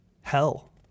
hell